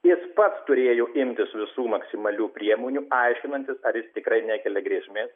jis pats turėjo imtis visų maksimalių priemonių aiškinantis ar jis tikrai nekelia grėsmės